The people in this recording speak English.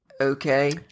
okay